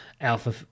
alpha